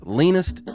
leanest